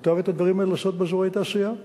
מותר את הדברים האלה לעשות באזורי תעשייה.